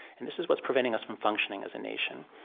and this is what's preventing us from functioning as a nation.